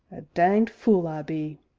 danged fule i be!